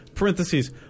Parentheses